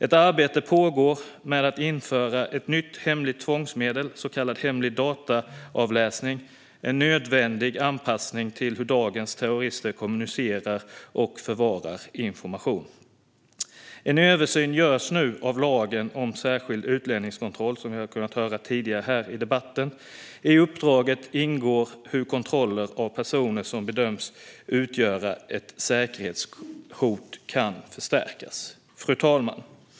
Ett arbete pågår med att införa ett nytt hemligt tvångsmedel, så kallad hemlig dataavläsning. Det är en nödvändig anpassning till hur dagens terrorister kommunicerar och förvarar information. En översyn görs nu av lagen om särskild utlänningskontroll, som vi har kunnat höra tidigare i debatten. I uppdraget ingår frågan om hur kontrollen av personer som bedöms utgöra ett säkerhetshot kan förstärkas. Fru talman!